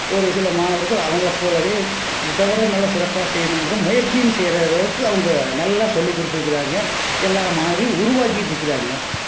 ஒரு சில மாணவர்களும் அவங்களைப்போலவே இதைவிட நல்ல சிறப்பாக செய்யணுங்கிற முயற்சியும் செய்கிற அளவுக்கு அவங்க நல்லா சொல்லிக் கொடுத்துருக்காங்க எல்லா மாணவர்களையும் உருவாக்கிட்டு இருக்கிறாங்க